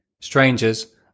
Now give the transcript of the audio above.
Strangers